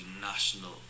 national